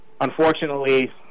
unfortunately